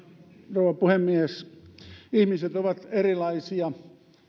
rouva puhemies ihmiset ovat erilaisia